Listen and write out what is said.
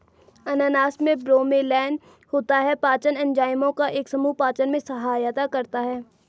अनानास में ब्रोमेलैन होता है, पाचन एंजाइमों का एक समूह पाचन में सहायता करता है